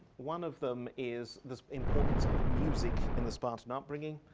one of them is the importance of music in the spartan upbringing.